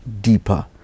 deeper